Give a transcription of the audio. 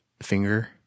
finger